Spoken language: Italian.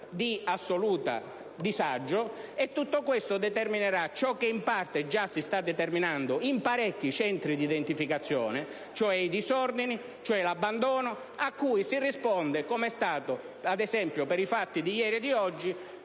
di assoluto disagio; tutto questo determinerà ciò che in parte si sta già determinando in parecchi Centri di identificazione, cioè i disordini e l'abbandono, cui si risponde, come è stato ad esempio per i fatti di ieri e oggi,